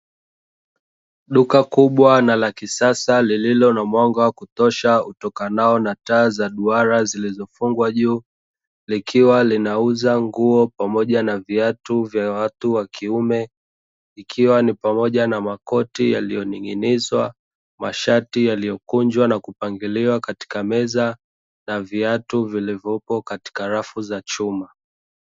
Duka kubwa na kisasal lililo na mwanga wa kutosha ,utokanao na taa za duara zilizofungwa juu, likiwa linauza nguo pamoja na viatu vya watu wa kiume ikiwa ni pamoja na makoti yaliyoninginizwa ,pamoja mashati yaliyokunjwa na kupangiliwa katika meza na viatu vilivyopo katika lafu za chuma.